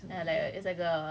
there's like a bar right